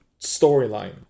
storyline